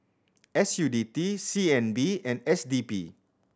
S U T D C N B and S D P